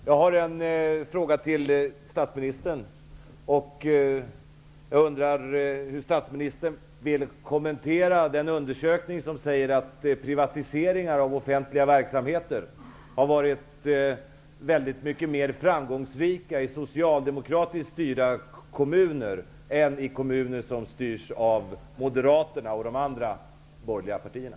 Herr talman! Jag har en fråga till statsministern. Hur vill statsministern kommentera den undersökning som visar att privatiseringar av offentliga verksamheter har varit mycket mer framgångsrika i socialdemokratiskt styrda kommuner än i kommuner som styrs av Moderaterna och de andra borgerliga partierna?